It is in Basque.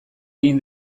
egin